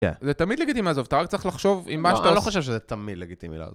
זה תמיד לגיטימי לעזוב, אתה רק צריך לחשוב עם מה שאתה... אני לא חושב שזה תמיד לגיטימי לעזוב.